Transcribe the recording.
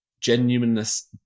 genuineness